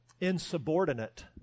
insubordinate